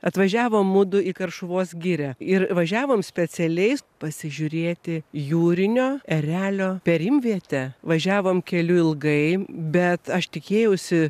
atvažiavom mudu į karšuvos girią ir važiavom specialiai pasižiūrėti jūrinio erelio perimvietę važiavom keliu ilgai bet aš tikėjausi